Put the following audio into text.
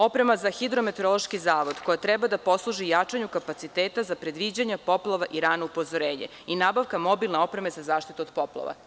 Oprema za Hidrometeorološki zavod koja treba da posluži jačanju kapaciteta za predviđanje poplava i rano upozorenje i nabavka mobilne opreme za zaštitu od poplava.